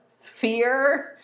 fear